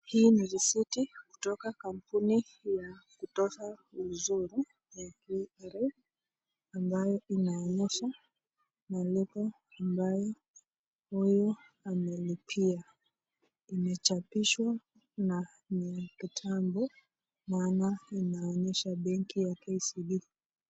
Hii ni risiti kutoka kampuni ya kutoa ushuru ya KRA, ambayo inaonyesha malipo ambayo huyu amelipia. Imechapishwa na ni kitambo, maana inaonyesha benki ya KCB.